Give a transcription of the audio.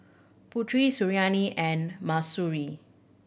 Putri Suriani and Mahsuri